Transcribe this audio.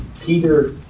Peter